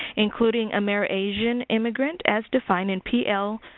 including amerasian immigrant as defined in p l.